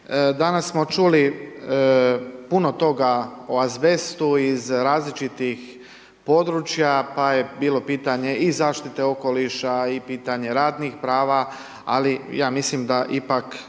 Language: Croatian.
Danas smo čuli puno toga o azbestu iz različitih područja, pa je bilo pitanje i zaštite okoliša, i pitanje radnih prava. Ali ja mislim da ipak